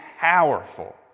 powerful